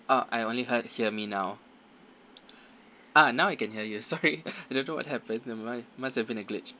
oh I only heard hear me now ah now I can hear you sorry I don't know what happen to my must have been a glitch